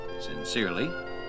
Sincerely